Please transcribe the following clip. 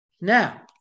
Now